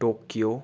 Tokyo